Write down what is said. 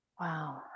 wow